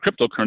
cryptocurrency